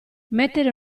mettere